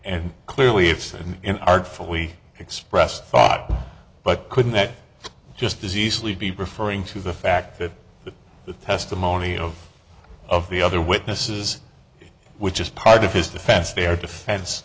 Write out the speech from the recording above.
and clearly it's in artfully expressed thought but couldn't it just as easily be referring to the fact that the testimony of the other witnesses which is part of his defense their defense